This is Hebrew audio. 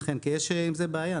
כן, אכן, כי יש עם זה בעיה.